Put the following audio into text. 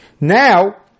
Now